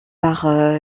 par